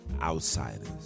Outsiders